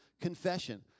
confession